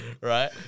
right